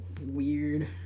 weird